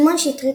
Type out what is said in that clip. שמעון שטרית,